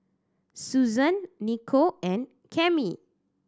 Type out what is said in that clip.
Susann Niko and Cami